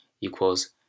equals